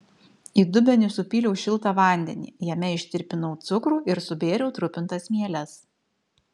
į dubenį supyliau šiltą vandenį jame ištirpinau cukrų ir subėriau trupintas mieles